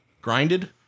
Grinded